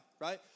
right